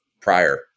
prior